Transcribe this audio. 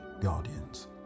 Guardians